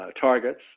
targets